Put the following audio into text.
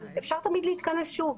אז אפשר תמיד להתכנס שוב.